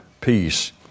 peace